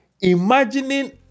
imagining